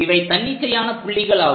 இவை தன்னிச்சையான புள்ளிகள் ஆகும்